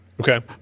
Okay